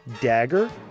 dagger